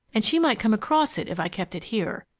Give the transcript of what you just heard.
and she might come across it if i kept it here.